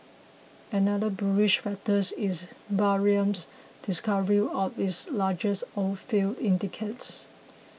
another bearish factor is Bahrain's discovery of its largest oilfield in decades